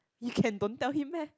you can don't tell him meh